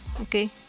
okay